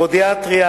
פודיאטריה,